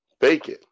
bacon